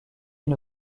une